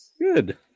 Good